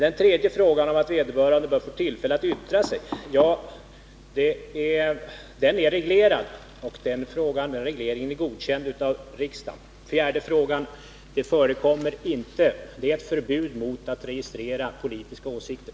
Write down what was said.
Den tredje frågan, om att vederbörande bör få tillfälle att yttra sig, är reglerad, och den regleringen är godkänd av riksdagen. Svaret på den fjärde frågan är: Det förekommer inte. Det råder förbud mot att registrera politiska åsikter.